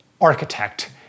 architect